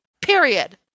Period